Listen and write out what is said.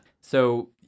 So-